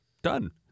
done